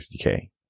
50K